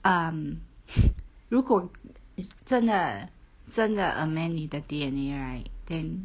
um 如果真的真的 amend 你的 D_N_A right then